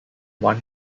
one